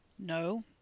No